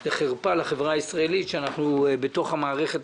זה חרפה לחברה הישראלית שבתוך המערכת